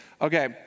Okay